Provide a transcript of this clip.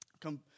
come